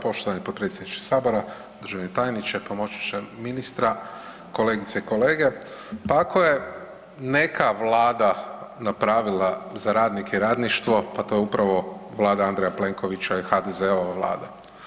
Poštovani potpredsjedniče sabora, državni tajniče, pomoćniče ministra, kolegice i kolege pa ako je neka vlada napravila za radnike i radništvo to je upravo Vlada Andreja Plenkovića i HDZ-ova Vlada.